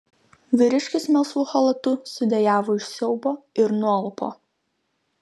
vyriškis melsvu chalatu sudejavo iš siaubo ir nualpo